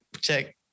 check